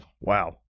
wow